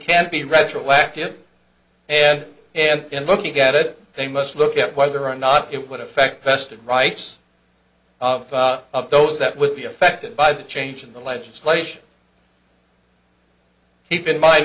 can be retroactive and and looking at it they must look at whether or not it would affect vested rights of those that would be affected by the change in the legislation keep in mind